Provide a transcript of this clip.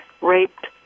raped